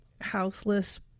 houseless